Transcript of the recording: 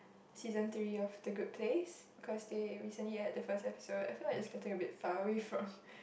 season three of the good place cause they recently add the first episode I feel like it's getting a bit far way from